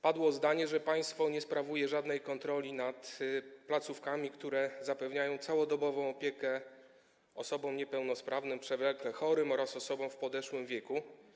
Padło zdanie, że państwo nie sprawuje żadnej kontroli nad placówkami, które zapewniają całodobową opiekę osobom niepełnosprawnym, przewlekle chorym oraz osobom w podeszłym wieku.